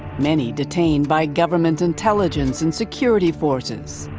many detained by government intelligence and security forces.